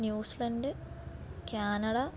New Zealand Canada